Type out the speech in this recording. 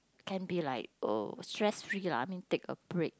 can be like oh stress free lah I mean take a break